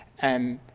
and